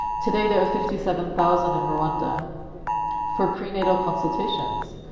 today there were fifty seven thousand in rwanda for prenatal consultations.